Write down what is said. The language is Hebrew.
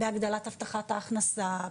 בהגדלת הבטחת ההכנסה,